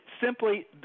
simply